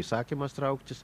įsakymas trauktis